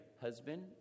husband